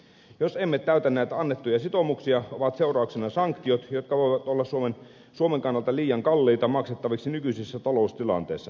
jos emme täytä näitä annettuja sitoumuksia ovat seurauksena sanktiot jotka voivat olla suomen kannalta liian kalliita maksettaviksi nykyisessä taloustilanteessa